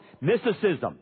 Mysticism